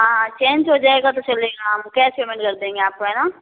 हाँ चेंज हो जाएगा तो चलेगा हम कैश पेमेंट कर देंगे आपको है न